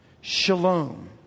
shalom